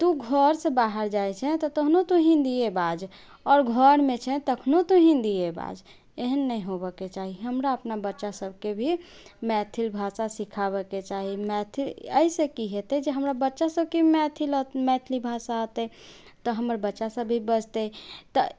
तू घरसँ बाहर जाइ छै तहन तू हिन्दिये बाज आओर घरमे छै तखनो तू हिन्दिये बाज एहन नहि होबऽके चाही हमरा अपना बच्चा सबके भी मैथिल भाषा सीखाबेके चाही मैथिल अइसँ की हेतै जे हमरा बच्चा सबके मैथिल मैथिली भाषा औतै तऽ हमर बच्चा सब भी बजतै तऽ